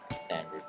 standard